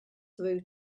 through